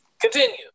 Continue